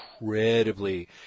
incredibly –